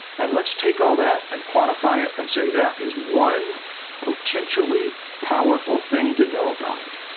and let's take all that and quantify it and say that is one potentially powerful thing to know about it.